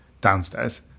downstairs